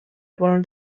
polnud